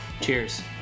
Cheers